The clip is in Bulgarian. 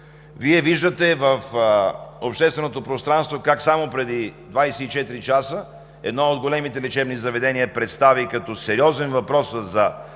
Вие виждате в общественото пространство как само преди 24 часа едно от големите лечебни заведения представи като сериозен въпроса за